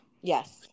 Yes